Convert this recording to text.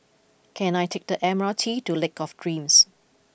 can I take the M R T to Lake of Dreams